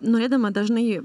norėdama dažnai